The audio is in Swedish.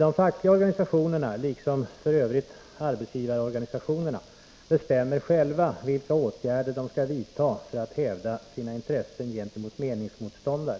De fackliga organisationerna, liksom f. ö. arbetsgivarorganisationerna, Nr 19 bestämmer själva vilka åtgärder de skall vidta för att hävda sina intressen — Tisdagen den gentemot meningsmotståndare.